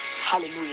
Hallelujah